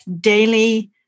daily